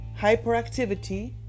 hyperactivity